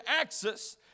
access